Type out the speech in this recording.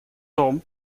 том